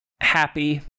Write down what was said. happy